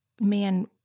man